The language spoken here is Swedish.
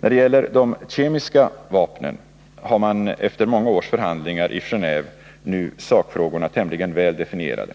När det gäller de kemiska vapnen har man efter många års förhandlingar i Genéve nu sakfrågorna tämligen väl definierade.